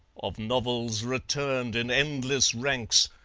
of novels returned in endless ranks,